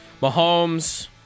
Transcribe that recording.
Mahomes